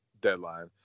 deadline